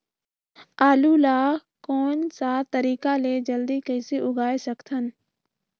आलू ला कोन सा तरीका ले जल्दी कइसे उगाय सकथन?